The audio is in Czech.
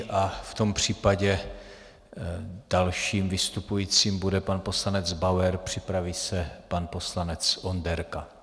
V tom případě dalším vystupujícím bude pan poslanec Bauer, připraví se pan poslanec Onderka.